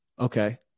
okay